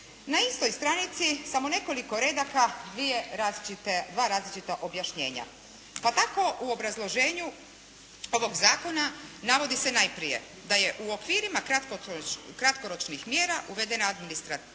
na istoj stranici samo nekoliko redaka dvije različite, dva različita objašnjenja. Pa tako u obrazloženju ovog zakona navodi se najprije da je u okvirima kratkoročnih mjera uvedena administrativna